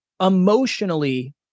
emotionally